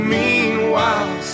meanwhile